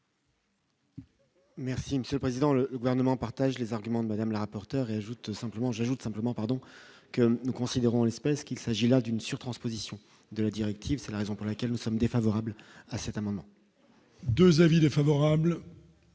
monsieur le président, le gouvernement partage les arguments de Madame la rapporteure et ajoute simplement j'ajoute simplement pardon que nous considérons l'espèce qu'il s'agit là d'une sur-transposition de la directive, c'est la raison pour laquelle nous sommes défavorables à cet amendement. 2 avis défavorables.